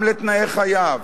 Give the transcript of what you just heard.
גם לתנאי חייו.